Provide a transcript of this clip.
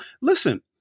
Listen